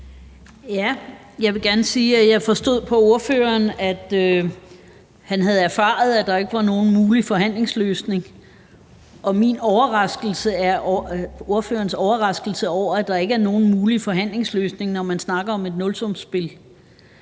jeg forstod på ordføreren, at han havde erfaret, at der ikke var nogen mulig forhandlingsløsning. Og min overraskelse er ordførerens overraskelse over, at der ikke er nogen mulig forhandlingsløsning, når man snakker om et nulsumsspil.